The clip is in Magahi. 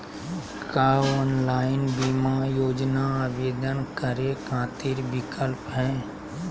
का ऑनलाइन बीमा योजना आवेदन करै खातिर विक्लप हई?